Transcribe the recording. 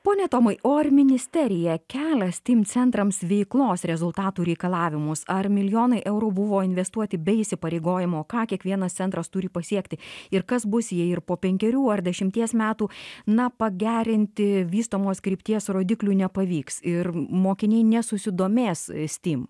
pone tomai o ar ministerija kelia tiems centrams veiklos rezultatų reikalavimus ar milijonai eurų buvo investuoti be įsipareigojimo ką kiekvienas centras turi pasiekti ir kas bus jei ir po penkerių ar dešimties metų na pagerinti vystomos krypties rodiklių nepavyks ir mokiniai nesusidomės steam